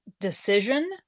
decision